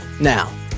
Now